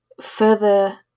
further